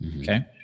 Okay